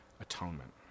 atonement